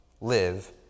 Live